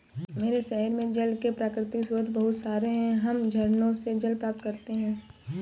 मेरे शहर में जल के प्राकृतिक स्रोत बहुत सारे हैं हम झरनों से जल प्राप्त करते हैं